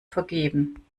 vergeben